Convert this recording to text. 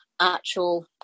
actual